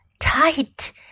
tight